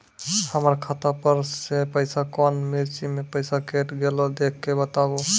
हमर खाता पर से पैसा कौन मिर्ची मे पैसा कैट गेलौ देख के बताबू?